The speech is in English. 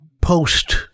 post